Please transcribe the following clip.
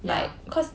yeah